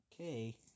Okay